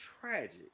Tragic